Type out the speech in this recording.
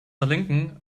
lincoln